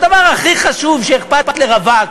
הדבר הכי חשוב, שאכפת לרווק